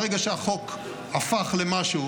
ברגע שהחוק הפך למשהו,